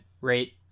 rate